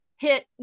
Hit